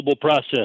process